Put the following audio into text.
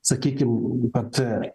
sakykim kad